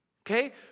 Okay